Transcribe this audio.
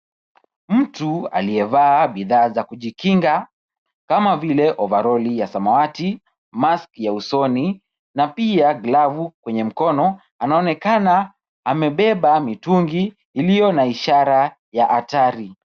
Mtu aliyevaa bidhaa za kujikinga kama vile ovaroli ya samawati, maski ya usoni na pia glavu kwenye mkono, anaonekana amebeba mitungi iliyo na ishara ya hatari.